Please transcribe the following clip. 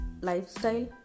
lifestyle